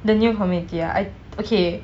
the new community ah I okay